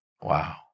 Wow